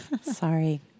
Sorry